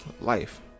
life